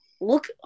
Look